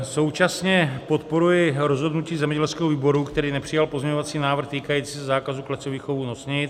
Současně podporuji rozhodnutí zemědělského výboru, který nepřijal pozměňovací návrh týkající se zákazu klecových chovů nosnic.